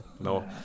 No